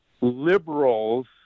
liberals